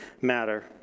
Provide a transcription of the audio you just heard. matter